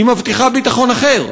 היא מבטיחה ביטחון אחר,